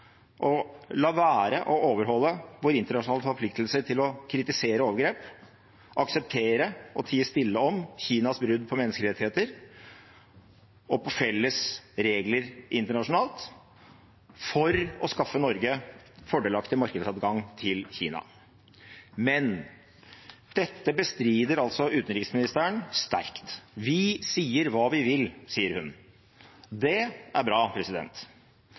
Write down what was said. og la være å overholde våre internasjonale forpliktelse til å kritisere overgrep, akseptere og tie stille om Kinas brudd på menneskerettigheter og på felles regler internasjonalt for å skaffe Norge fordelaktig markedsadgang til Kina. Dette bestrider altså utenriksministeren sterkt. Vi sier hva vi vil, sier hun. Det er bra,